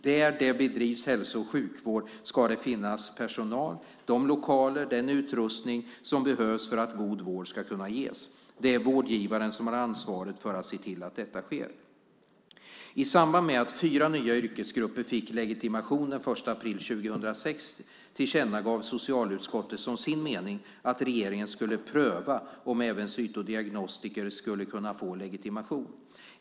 Där det bedrivs hälso och sjukvård ska det finnas den personal, de lokaler och den utrustning som behövs för att god vård ska kunna ges. Det är vårdgivaren som har ansvaret för att se till att så sker. I samband med att fyra nya yrkesgrupper fick legitimation den 1 april 2006 tillkännagav socialutskottet som sin mening att regeringen skulle pröva om även cytodiagnostiker skulle kunna få legitimation.